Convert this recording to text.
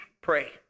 Pray